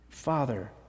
Father